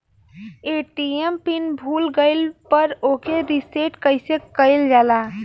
ATM PIN भूल गईल पर ओके रीसेट कइसे कइल जाला?